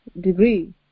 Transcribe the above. degree